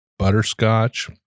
butterscotch